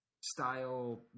style